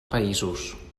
països